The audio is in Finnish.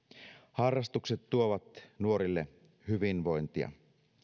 harrastukset tuovat nuorille hyvinvointia